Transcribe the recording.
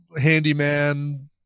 handyman